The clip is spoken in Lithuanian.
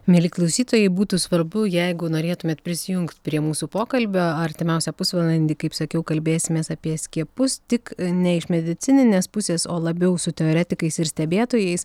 mieli klausytojai būtų svarbu jeigu norėtumėt prisijungt prie mūsų pokalbio artimiausią pusvalandį kaip sakiau kalbėsimės apie skiepus tik ne iš medicininės pusės o labiau su teoretikais ir stebėtojais